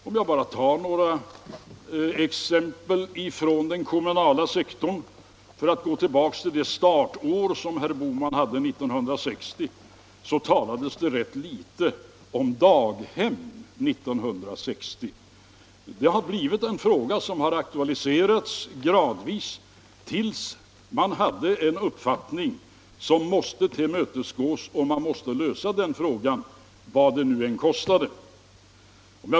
Om jag tar bara några exempel från den kommunala sektorn så talades det 1960, det år som herr Bohman gick tillbaka till, inte mycket om daghem. Det har blivit en fråga som har aktualiserats gradvis, tills en uppfattning växt fram som måste tillmötesgås vad det än kostade.